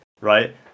right